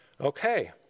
Okay